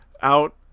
out